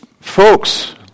folks